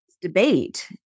debate